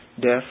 death